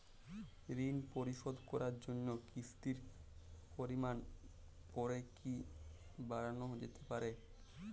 ঋন পরিশোধ করার জন্য কিসতির পরিমান পরে কি বারানো যেতে পারে?